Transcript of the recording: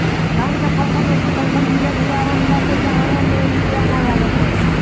धान के फसल के कुछ अइसन बिया भी आवत बाटे जवना में कीड़ा ना लागत हवे